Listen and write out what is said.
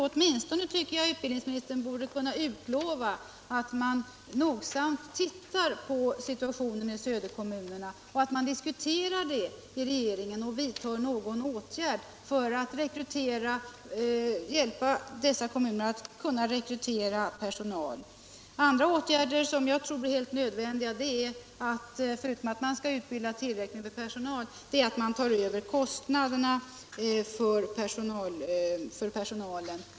Åtminstone tycker jag att utbildningsministern borde kunna utlova att regeringen nogsamt studerar och diskuterar situationen i söderortskommunerna och vidtar någon åtgärd för att hjälpa dessa att rekrytera personal. Förutom att utbilda tillräckligt med personal tror jag att det är helt nödvändigt att staten tar över kostnaderna för personalen.